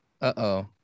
Uh-oh